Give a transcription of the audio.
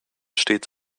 stets